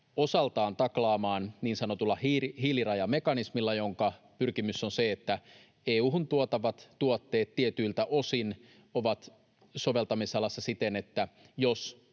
osaltaan taklaamaan niin sanotulla hiilirajamekanismilla, jonka pyrkimys on se, että EU:hun tuotavat tuotteet tietyiltä osin ovat sen soveltamisalassa siten, että jos